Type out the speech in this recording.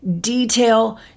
detail